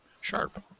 sharp